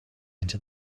into